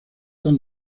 tan